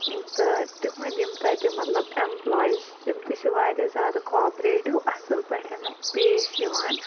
تہٕ تِہُنٛدۍ یِم تَتہِ مطلب اٮ۪مپلایز چھِ تِم تہِ چھِ واریاہ زیادٕ کاپریٹِو اَصٕل پٲٹھۍ پیش یِوان